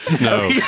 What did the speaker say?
No